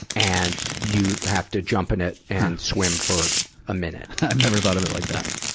and you have to jump in it and swim for a minute. i've never thought of it like that.